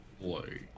Boy